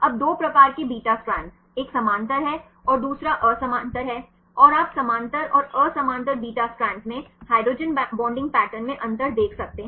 अब 2 प्रकार के बीटा स्ट्रैंड्स एक समानांतर है और दूसरा असमानांतर है और आप समानांतर और असमानांतर बीटा स्ट्रैंड्स में हाइड्रोजन बॉन्डिंग पैटर्न में अंतर देख सकते हैं